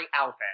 outfit